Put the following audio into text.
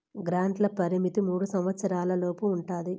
గ్రాంట్ల పరిమితి మూడు సంవచ్చరాల లోపు ఉంటది